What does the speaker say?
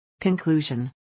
Conclusion